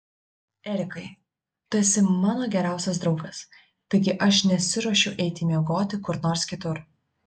erikai tu esi mano geriausias draugas taigi aš nesiruošiu eiti miegoti kur nors kitur